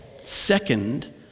Second